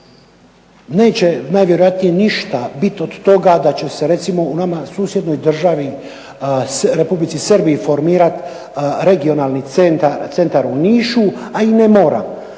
neće najvjerojatnije ništa biti od toga da će se recimo u nama susjednoj državi Republici Srbiji formirat Regionalni centar u Nišu, a i ne mora.